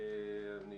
אני